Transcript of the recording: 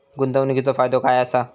गुंतवणीचो फायदो काय असा?